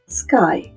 sky